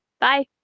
bye